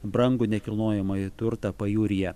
brangų nekilnojamąjį turtą pajūryje